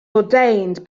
ordained